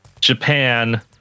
Japan